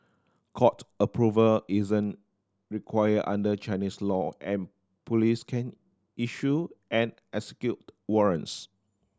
court approval isn't required under Chinese law and police can issue and execute warrants